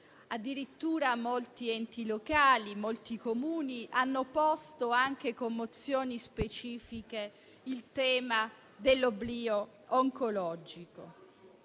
Addirittura molti enti locali e molti Comuni hanno posto, anche con mozioni specifiche, il tema dell'oblio oncologico.